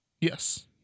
Yes